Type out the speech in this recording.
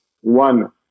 one